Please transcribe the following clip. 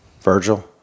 Virgil